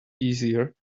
easier